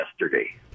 yesterday